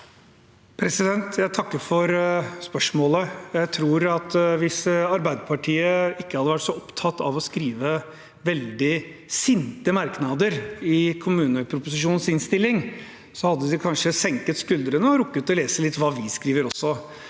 Jeg takker for spørsmålet. Jeg tror at hvis Arbeiderpartiet ikke hadde vært så opptatt av å skrive veldig sinte merknader i innstillingen til kommuneproposisjonen, hadde de kanskje senket skuldrene og rukket å lese litt hva vi skriver også.